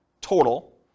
total